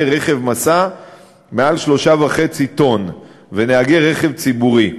רכב משא מעל 3.5 טונות ונהגי רכב ציבורי.